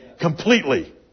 completely